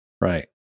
right